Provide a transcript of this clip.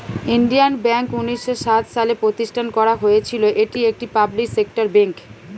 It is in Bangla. ইন্ডিয়ান ব্যাঙ্ক উনিশ শ সাত সালে প্রতিষ্ঠান করা হয়েছিল, এটি একটি পাবলিক সেক্টর বেঙ্ক